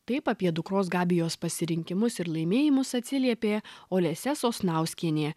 taip apie dukros gabijos pasirinkimus ir laimėjimus atsiliepė olesia sosnauskienė